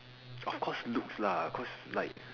of course looks lah cause like